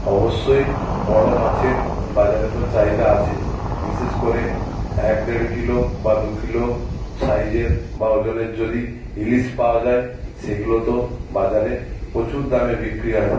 অবশ্যই বড়ো মাছের বাজারে তো চাহিদা আছেই বিশেষ করে এক দেড় কিলো বা দু কিলো সাইজের বা ওজনের যদি ইলিশ পাওয়া যায় সেগুলো তো বাজারে প্রচুর দামে বিক্রি হয়